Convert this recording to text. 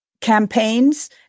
campaigns